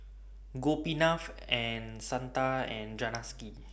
Gopinath Santha and Janaki